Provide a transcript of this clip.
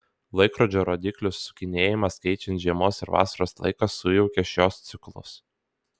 laikrodžio rodyklių sukinėjimas keičiant žiemos ir vasaros laiką sujaukia šiuos ciklus